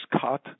cut